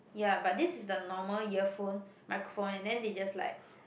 ya but this is the normal earphone microphone and then they just like